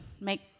Make